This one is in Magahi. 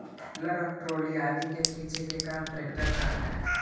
ट्रैलर और ट्राली आदि के खींचे के काम ट्रेक्टर करऽ हई